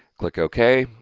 click ok,